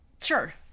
sure